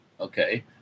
Okay